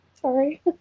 sorry